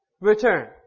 return